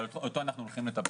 ובו אנחנו הולכים לטפל.